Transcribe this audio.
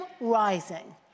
Rising